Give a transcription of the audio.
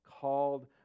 called